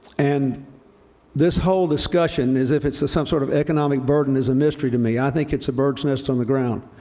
and this whole discussion as if it's some sort of economic burden, is a mystery to me. i think it's a bird's nest on the ground.